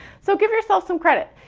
so give yourself some credit.